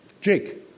Jake